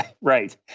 right